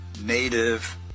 native